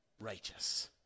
righteous